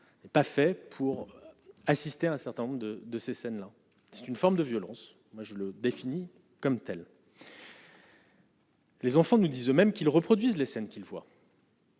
pas fait pour assister à un certain nombre de de ces scènes-là, c'est une forme de violence, moi je le définis comme tels. Les enfants nous disent même qu'ils reproduisent les scènes qu'ils voient.